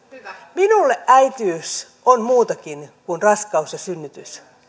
minulle äitiys on muutakin kuin raskaus ja synnytys